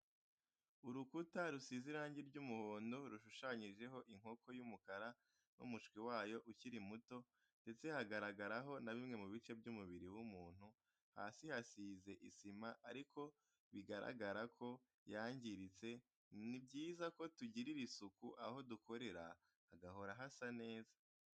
Urukuta rusize irangi ry'umuhondo rushushanyijeho inkoko y'umukara n'umushwi wayo ukiri muto, ndetse hagaragaraho na bimwe mu bice by'umubiri w'umuntu, hasi hasize isima ariko bigaragara ko yangiritse, ni byiza ko tugirira isuku aho dukorera hagahora hasa neza.